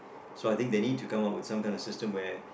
so I think they need to come up with some kind of system where